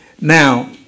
Now